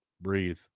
breathe